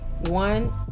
one